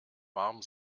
warm